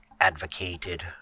advocated